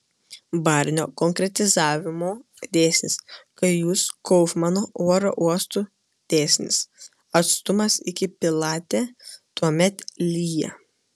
barnio konkretizavimo dėsnis kai jūs kaufmano oro uostų dėsnis atstumas iki pilate tuomet lyja